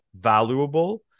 valuable